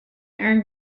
earned